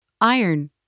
Iron